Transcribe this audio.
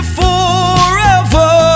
forever